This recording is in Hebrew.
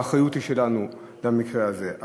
והאחריות היא שלנו במקרה הזה.